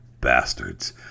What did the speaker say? bastards